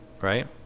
right